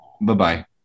Bye-bye